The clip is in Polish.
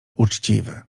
uczciwy